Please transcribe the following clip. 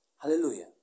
Hallelujah